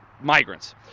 migrants